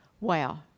Wow